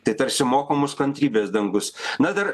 tai tarsi moko mus kantrybės dangus na dar